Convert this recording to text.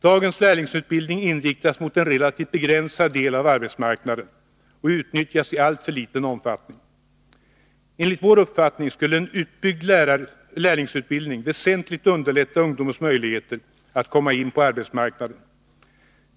Dagens lärlingsutbildning inriktas mot en relativt begränsad del av arbetsmarknaden och utnyttjas i alltför liten omfattning. Enligt vår uppfattning skulle en utbyggd lärlingsutbildning väsentligt underlätta ungdomens möjligheter att komma in på arbetsmarknaden.